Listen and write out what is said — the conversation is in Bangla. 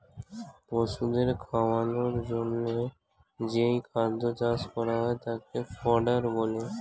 পশুদের খাওয়ানোর জন্যে যেই খাদ্য চাষ করা হয় তাকে ফডার বলে